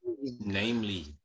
namely